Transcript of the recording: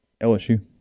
LSU